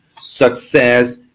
success